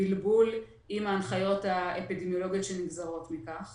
בלבול עם ההנחיות האפידמיולוגיות שנגזרות מכך.